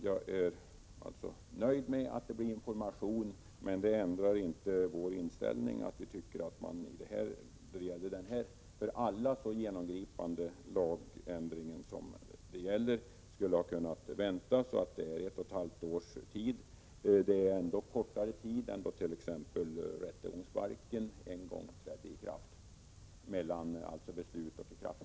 Jag är alltså nöjd med att det blir information, men det ändrar inte vår inställning att man när det gäller denna för alla så genomgripande lagändring skulle ha kunnat vänta i ett och ett halvt års tid. Det är ändå kortare tid mellan beslut och ikraftträdande än då t.ex. rättegångsbalken en gång trädde i kraft.